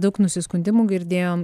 daug nusiskundimų girdėjom